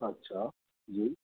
अच्छा जी